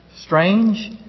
strange